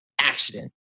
accident